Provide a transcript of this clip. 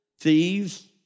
thieves